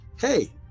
hey